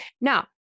Now